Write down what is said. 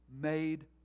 made